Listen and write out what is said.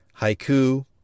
Haiku